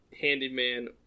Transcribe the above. handyman